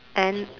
and